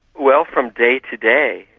well, from day to day,